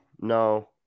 No